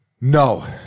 No